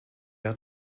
hat